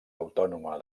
autònoma